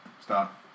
Stop